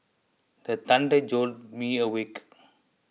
the thunder jolt me awake